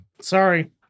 Sorry